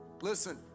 listen